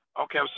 Okay